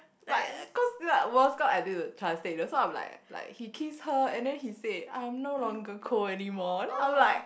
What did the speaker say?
but cause I need to translate that's why I'm like like he kissed her then he said I'm no longer cold anymore then I'm like